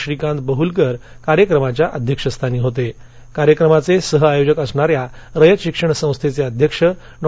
श्रीकांत बहुलकर कार्यक्रमाच्या अध्यक्षस्थानी होता क्रार्यक्रमाच स्विह आयोजक असणाऱ्या रयत शिक्षण संस्थाप्रा अध्यक्ष डॉ